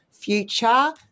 Future